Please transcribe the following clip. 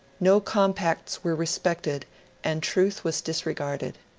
no compacts were respected and truth was disregarded.